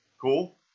Cool